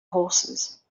horses